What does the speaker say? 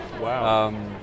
Wow